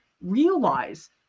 realize